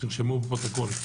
תרשמו בפרוטוקול.